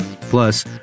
plus